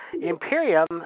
Imperium